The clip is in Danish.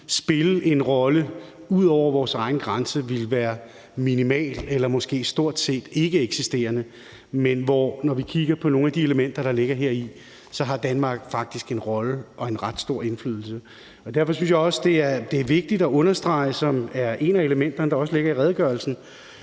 spille en rolle ud over vores egen grænse, ville være minimale eller måske stort set ikkeeksisterende. Men når vi kigger på nogle af de elementer, der ligger her, har Danmark faktisk en rolle og en ret stor indflydelse. Derfor synes jeg også, det er vigtigt at understrege, og det er et af de elementer, der også ligger i redegørelsen,